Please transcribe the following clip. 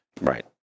right